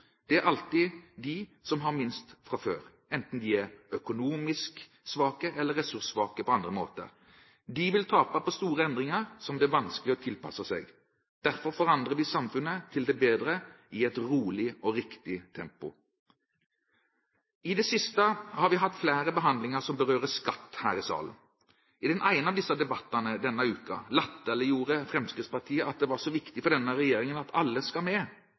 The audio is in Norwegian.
Det er alltid de som har minst fra før, enten de er økonomisk svake eller ressurssvake på andre måter. De vil tape på store endringer som det er vanskelig å tilpasse seg. Derfor forandrer vi samfunnet til det bedre i et rolig og riktig tempo. I det siste har vi hatt flere behandlinger som berører skatt her i salen. I den ene av disse debattene denne uken latterliggjorde Fremskrittspartiet at det var så viktig for denne regjeringen at «Alle skal med»,